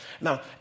Now